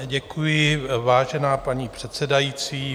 Děkuji, vážená paní předsedající.